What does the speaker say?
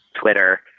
Twitter